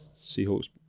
Seahawks